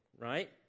right